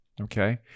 Okay